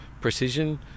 precision